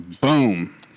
Boom